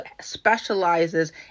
specializes